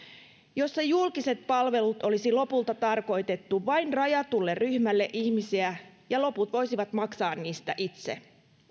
jossa julkiset palvelut olisi lopulta tarkoitettu vain rajatulle ryhmälle ihmisiä ja loput voisivat maksaa niistä itse